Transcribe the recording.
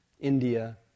India